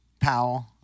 Powell